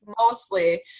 mostly